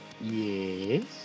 Yes